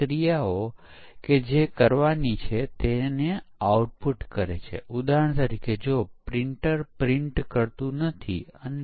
કારણ કે સિસ્ટમ પરીક્ષણ માં આપણે ફક્ત સિસ્ટમના કાર્યાત્મક અને બિન કાર્યાત્મક વર્ણનોની જરૂર છે